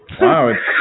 Wow